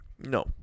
no